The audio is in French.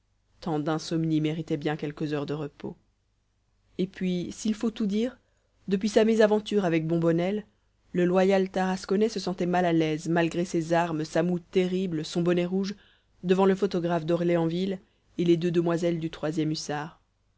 tant d'insomnies méritaient bien quelques heures de repos et puis s'il faut tout dire depuis sa mésaventure avec bombonnel le loyal tarasconnais se sentait mal à l'aise malgré ses armes sa moue terrible son bonnet rouge devant le photographe d'orléansville et les deux demoiselles du